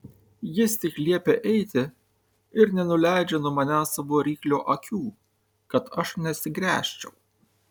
jis tik liepia eiti ir nenuleidžia nuo manęs savo ryklio akių kad aš neatsigręžčiau